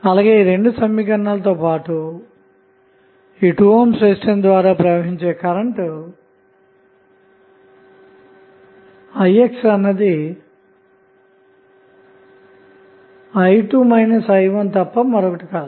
అలాగే ఈ రెండు సమీకరణాలు తో పాటు 2 ohm రెసిస్టెన్స్ ద్వారా ప్రవహించే current i x i 2 i 1కూడా ఉంది